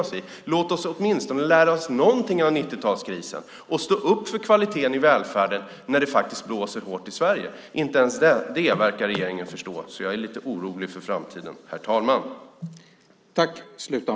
Låt oss lära oss åtminstone någonting av 90-talskrisen och stå upp för kvaliteten i välfärden när det blåser hårt i Sverige! Inte ens det verkar regeringen förstå. Jag är lite orolig för framtiden, herr talman.